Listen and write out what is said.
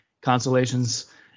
consolations